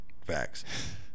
Facts